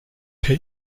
per